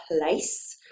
place